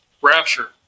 rapture